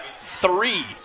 three